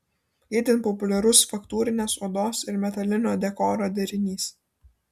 itin populiarus faktūrinės odos ir metalinio dekoro derinys